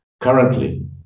Currently